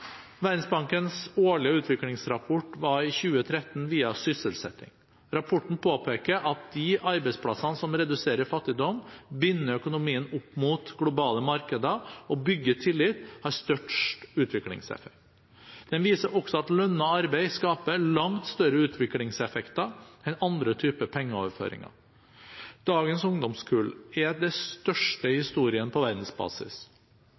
Verdensbankens årlige utviklingsrapport var i 2013 viet sysselsetting. Rapporten påpeker at de arbeidsplassene som reduserer fattigdom, binder økonomien opp mot globale markeder og bygger tillit, har størst utviklingseffekt. Den viser også at lønnet arbeid skaper langt større utviklingseffekter enn andre typer pengeoverføringer. Dagens ungdomskull er det største i historien på verdensbasis.